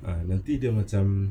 ah nanti dia macam